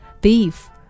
beef